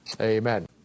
Amen